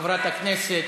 לוועדת העבודה,